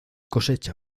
cosecha